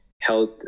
health